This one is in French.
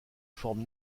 forme